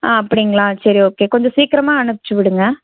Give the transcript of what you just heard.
அப்படிங்ளா சரி ஓகே கொஞ்சோம் சீக்கரமாக அனுப்புச்சி விடுங்க